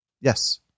Yes